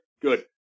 good